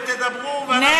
תדברו ואנחנו נעשה.